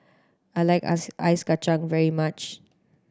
I like ice Ice Kachang very much